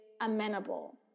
amenable